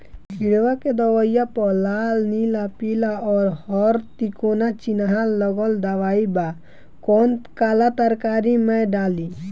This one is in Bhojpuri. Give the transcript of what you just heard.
किड़वा के दवाईया प लाल नीला पीला और हर तिकोना चिनहा लगल दवाई बा कौन काला तरकारी मैं डाली?